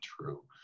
true